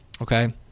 Okay